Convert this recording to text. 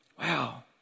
Wow